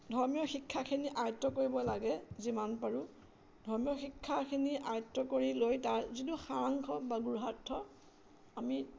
ধৰ্মীয় শিক্ষাখিনি আয়ত্ব কৰিব লাগে যিমান পাৰোঁ ধৰ্মীয় শিক্ষাখিনি আয়ত্ব কৰি লৈ তাৰ যিটো সাৰাংশ বা গুঢ়াৰ্থ আমি